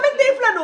מה אתה מטיף לנו?